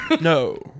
No